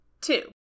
Two